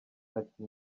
ati